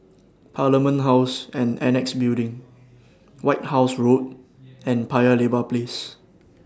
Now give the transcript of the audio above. Parliament House and Annexe Building White House Road and Paya Lebar Place